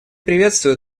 приветствую